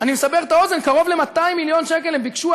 אני מסבר את האוזן: קרוב ל-200 מיליון שקל הם ביקשו.